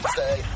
Stay